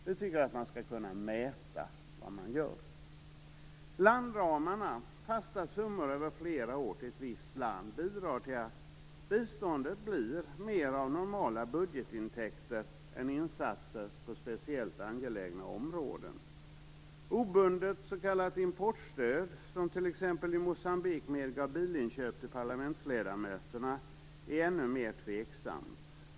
Vi tycker att man skall kunna mäta vad man gör. Landramarna - fasta summor över flera år till ett visst land - bidrar till att biståndet blir mer av normala budgetintäkter än insatser på speciellt angelägna områden. Obundet s.k. importstöd - som t.ex. i Moçambique medgav bilinköp till parlamentsledamöterna - är ännu mera tveksamt.